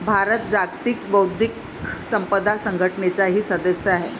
भारत जागतिक बौद्धिक संपदा संघटनेचाही सदस्य आहे